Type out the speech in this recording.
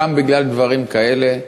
גם בגלל דברים כאלה,